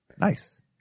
Nice